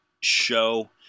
show